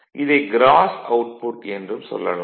இதை cross output என்றும் சொல்லலாம்